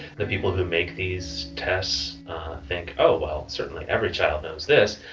the people who make these tests think, oh well, certainly every child knows this.